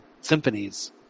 symphonies